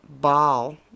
Ball